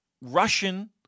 Russian